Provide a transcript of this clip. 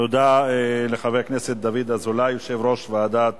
תודה לחבר הכנסת דוד אזולאי, יושב-ראש ועדת